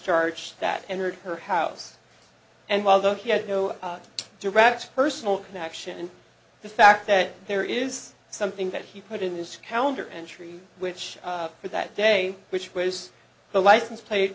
discharge that entered her house and while that he had no direct personal connection and the fact that there is something that he put in this calendar entry which for that day which was the license plate